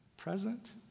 present